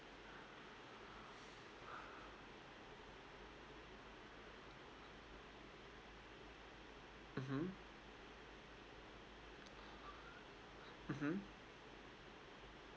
mmhmm mmhmm